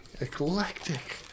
eclectic